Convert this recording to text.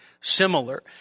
similar